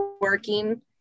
working